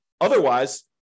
Otherwise